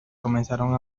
comenzaron